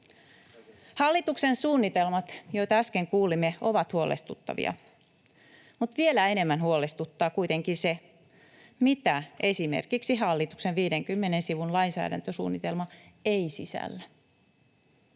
Hallituksen suunnitelmat ovat erittäin huolestuttavia. Vielä enemmän huolestuttaa kuitenkin se, mitä esimerkiksi hallituksen 50 sivun lainsäädäntösuunnitelma ei sisällä.